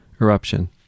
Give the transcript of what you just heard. Eruption